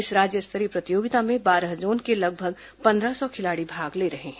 इस राज्य स्तरीय प्रतियोगिता में बारह जोन के लगभग पंद्रह सौ खिलाड़ी भाग ले रहे है